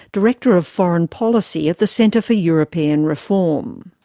director of foreign policy at the centre for european reform.